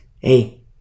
hey